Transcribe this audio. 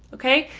ok,